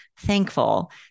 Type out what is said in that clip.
thankful